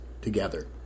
together